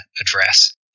address